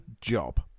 job